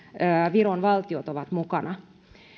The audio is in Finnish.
viron valtiot ovat mukana